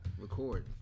Record